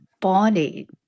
body